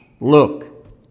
Look